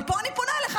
אבל פה אני פונה אליך,